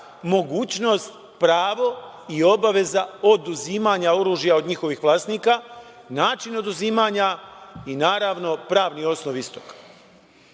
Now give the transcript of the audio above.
mogućnost, pravo i obaveza oduzimanja oružja od njihovih vlasnika, način oduzimanja i naravno, pravni osnov istog.U